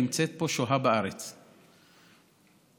נמצאת פה ושוהה בארץ חודשיים ימים.